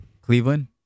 Cleveland